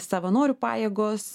savanorių pajėgos